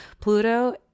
Pluto